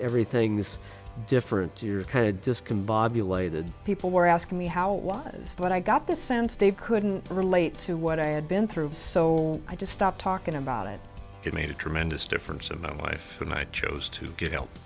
everything is different your head discombobulated people were asking me how it was but i got this sound stage couldn't relate to what i had been through so i just stopped talking about it it made a tremendous difference in my life and i chose to get help